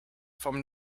from